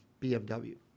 BMW